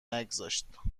نگذاشت